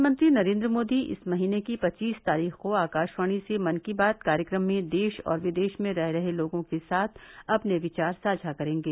प्रधानमंत्री नरेन्द्र मोदी इस महीने की पच्चीस तारीख को आकाशवाणी से मन की बात कार्यक्रम में देश और विदेश में रह रहे लोगों के साथ अपने विचार साझा करेंगे